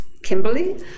Kimberly